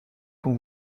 qu’on